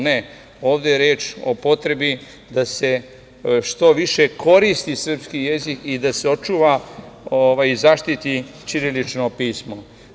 Ne, ovde je reč o potrebi da se što više koristi srpski jezik i da se očuva, zaštiti ćirilično pismo.